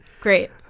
Great